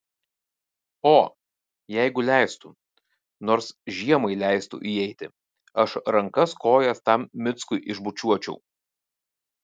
o jeigu leistų nors žiemai leistų įeiti aš rankas kojas tam mickui išbučiuočiau